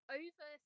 over